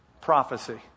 Prophecy